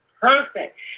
perfect